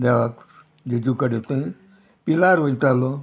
देवाक जेजू कडे थंय पिलार वयतालो